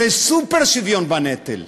זה סופר-שוויון בנטל.